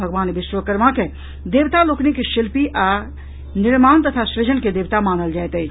भगवान विश्वकर्मा के देवता लोकनिक शिल्पी आ निर्माण तथा सुजन के देवता मानल जायत अछि